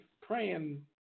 praying